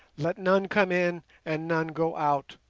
let none come in and none go out,